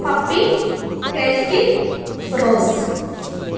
puppy ఎల్టీ rose